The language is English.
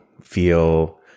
feel